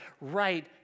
right